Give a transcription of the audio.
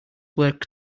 work